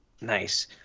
Nice